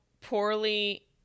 poorly